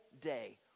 day